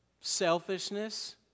selfishness